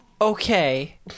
Okay